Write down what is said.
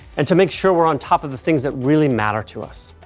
and to make sure we're on top of the things that really matter to us.